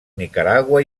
nicaragua